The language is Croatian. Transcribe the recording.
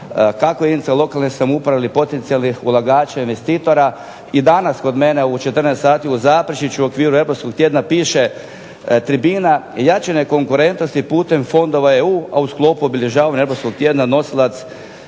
kako jedinica lokalne samouprave ili potencijalnih ulagača i investitora i danas kod mene u 14 sati u Zaprešiću u okviru Europskog tjedna piše tribina "Jačanje konkurentnosti putem fondova EU, a u sklopu obilježavanja Europskog tjedna" nosilac